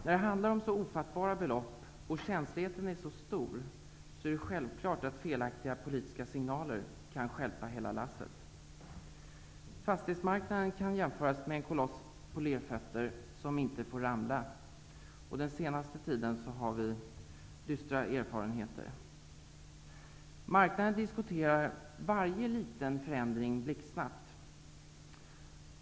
När det handlar om så ofattbara belopp och när känsligheten är så stor är det självklart att felaktiga politiska signaler kan stjälpa hela lasset. Fastighetsmarknaden kan jämföras med en koloss på lerfötter som inte får ramla. Från den senaste tiden har vi dystra erfarenheter. Marknaden diskuterar varje liten förändring blixtsnabbt.